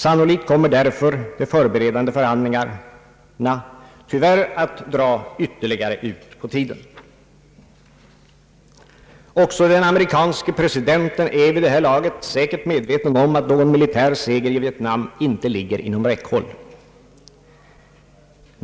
Sannolikt kommer därför de förberedande förhandlingarna tyvärr att dra ytterligare ut på tiden. Också den amerikanske presidenten är säkert vid det här laget medveten om att någon militär seger i Vietnam inte ligger inom räckhåll.